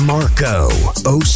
Marco